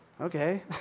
okay